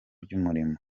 ry’umurimo